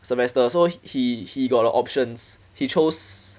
semester so he he got the options he chose